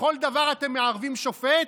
בכל דבר אתם מערבים שופט?